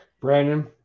Brandon